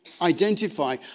identify